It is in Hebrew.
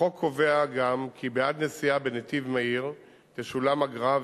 החוק קובע גם כי בעד נסיעה בנתיב מהיר תשולם אגרה,